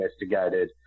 investigated